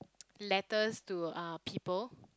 letters to uh people